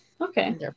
Okay